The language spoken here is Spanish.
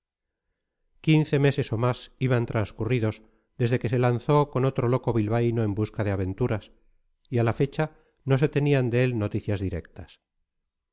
quince meses o más iban transcurridos desde que se lanzó con otro loco bilbaíno en busca de aventuras y a la fecha no se tenían de él noticias directas